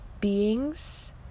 beings